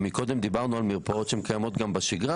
קודם דיברנו על מרפאות שקיימות גם בשגרה